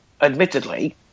admittedly